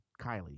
Kylie